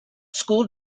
school